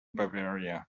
bavaria